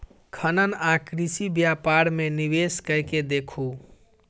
खनन आ कृषि व्यापार मे निवेश कय के देखू